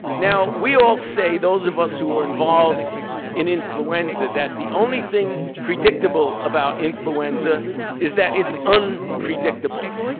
now, we all say, those of us who are involved in influenza, that the only thing predictable about influenza is that it's unpredictable.